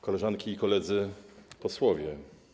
Koleżanki i Koledzy Posłowie!